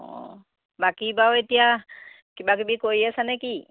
অঁ বাকী বাৰু এতিয়া কিবাকিবি কৰি আছে নে কি